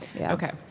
Okay